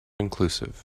inclusive